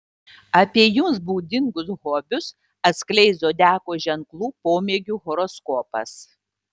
apie jums būdingus hobius atskleis zodiako ženklų pomėgių horoskopas